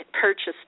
purchased